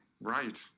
Right